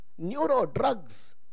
Neurodrugs